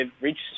reached